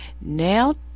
now